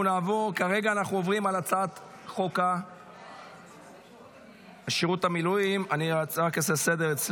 כרגע עוברים עכשיו להצעת חוק שירות המדינה (מינויים) (תיקון